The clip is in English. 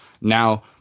now